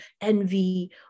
envy